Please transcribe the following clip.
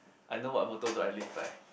I know what motto do I live by